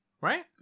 Right